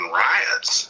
riots